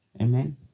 Amen